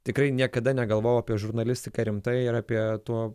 tikrai niekada negalvojau apie žurnalistiką rimtai ir apie tuo